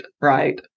right